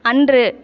அன்று